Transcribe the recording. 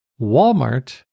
Walmart